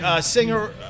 singer